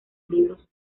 libros